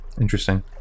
Interesting